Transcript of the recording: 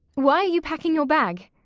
why are you packing your bag?